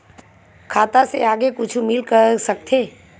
खाता से आगे कुछु मिल सकथे?